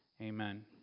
amen